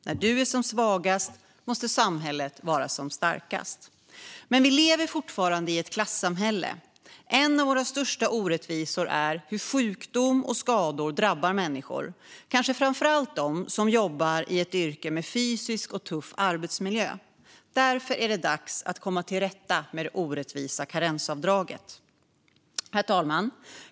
När du är som svagast måste samhället vara som starkast. Men vi lever fortfarande i ett klassamhälle. En av våra största orättvisor är hur sjukdom och skador drabbar människor, kanske framför allt dem som jobbar i ett yrke med fysisk och tuff arbetsmiljö. Därför är det dags att komma till rätta med det orättvisa karensavdraget. Herr talman!